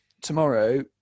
tomorrow